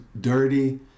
dirty